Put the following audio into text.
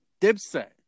Dipset